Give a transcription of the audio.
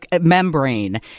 membrane